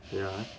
wait ah